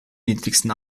niedrigsten